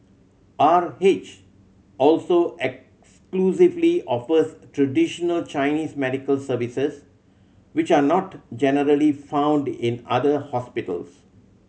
R H also exclusively offers traditional Chinese medical services which are not generally found in other hospitals